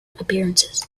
appearances